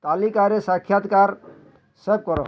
ତାଲିକାରେ ସାକ୍ଷାତକାର ସେଭ୍ କର